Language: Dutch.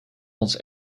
ons